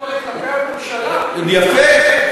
הן כלפי הממשלה, יפה,